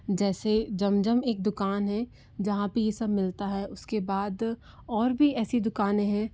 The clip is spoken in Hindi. जैसे ज़मज़म एक दुकान है जहाँ पर ये सब मिलता है उसके बाद और भी ऐसी दुकाने हैं